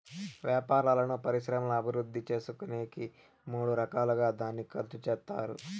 వ్యాపారాలను పరిశ్రమల అభివృద్ధి చేసుకునేకి మూడు రకాలుగా దాన్ని ఖర్చు చేత్తారు